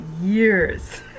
years